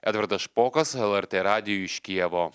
edvardas špokas lrt radijui iš kijevo